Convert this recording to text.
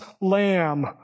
lamb